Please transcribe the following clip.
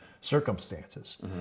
circumstances